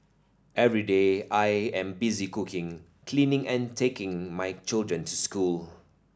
every day I am busy cooking cleaning and taking my children to school